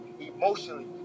emotionally